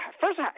first